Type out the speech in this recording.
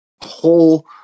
whole